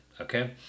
okay